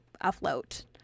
afloat